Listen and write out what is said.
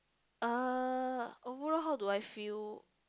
uh overall how do I feel